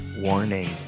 Warning